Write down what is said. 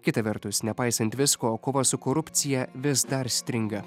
kita vertus nepaisant visko kova su korupcija vis dar stringa